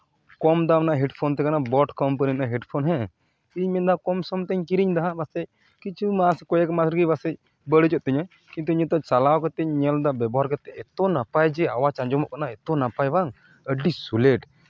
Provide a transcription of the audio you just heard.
ᱠᱚᱢ ᱫᱟᱢ ᱨᱮᱱᱟᱜ ᱦᱮᱰᱯᱷᱳᱱ ᱛᱟᱦᱮᱸ ᱠᱟᱱᱟ ᱵᱳᱨᱰ ᱠᱚᱢᱯᱟᱱᱤ ᱨᱮᱱᱟᱜ ᱦᱮᱰᱯᱷᱳᱱ ᱦᱮᱸ ᱤᱧ ᱢᱮᱱ ᱮᱫᱟ ᱠᱚᱢ ᱥᱚᱢ ᱛᱮᱧ ᱠᱤᱨᱤᱧ ᱫᱟ ᱦᱟᱸᱜ ᱯᱟᱥᱮᱡ ᱠᱤᱪᱷᱩ ᱢᱟᱥ ᱠᱚᱭᱮᱠ ᱢᱟᱥ ᱨᱮᱜᱮ ᱯᱟᱥᱮᱡ ᱵᱟᱹᱲᱚᱡᱚᱜ ᱛᱤᱧᱟ ᱠᱤᱱᱛᱩ ᱤᱧ ᱱᱤᱛᱚᱜ ᱪᱟᱞᱟᱣ ᱠᱟᱛᱮᱧ ᱧᱮᱞᱫᱟ ᱵᱮᱵᱚᱦᱟᱨ ᱠᱟᱛᱮᱜ ᱮᱛᱚ ᱱᱟᱯᱟᱭ ᱡᱮ ᱟᱣᱟᱡᱽ ᱟᱸᱡᱚᱢᱚᱜ ᱠᱟᱱᱟ ᱮᱛᱚ ᱱᱟᱯᱟᱭ ᱵᱟᱝ ᱟᱹᱰᱤ ᱥᱩᱞᱮᱴ